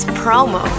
promo